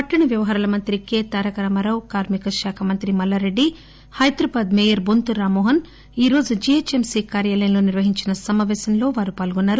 పట్షణ వ్యవహారాల మంత్రి కే తారకరామారావు కార్మిక శాఖమంత్రి మల్లారెడ్డి హైదరాబాద్ మేయర్ బొంతు రామ్మోహన్ ఈ రోజు జీహెచ్ఎంసీ కార్యాలయంలో నిర్వహించిన సమాపేశంలో వారు పాల్గొన్నారు